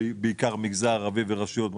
בעיקר המגזר הערבי ורשויות חלשות,